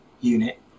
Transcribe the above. unit